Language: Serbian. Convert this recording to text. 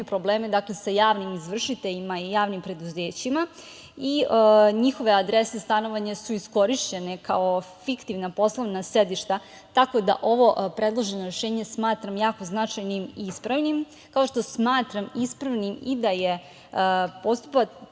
probleme sa javnim izvršiteljima i javnim preduzećima i njihove adrese stanovanja su iskorišćene kao fiktivna poslovna sedišta, tako da ovo predloženo rešenje smatram jako značajnim i ispravnim, kao što smatram ispravnim i da postupak